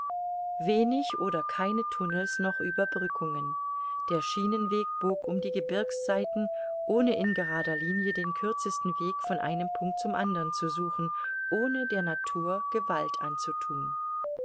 wenig oder keine tunnels noch ueberbrückungen der schienenweg bog um die gebirgsseiten ohne in gerader linie den kürzesten weg von einem punkt zum andern zu suchen ohne der natur gewalt anzuthun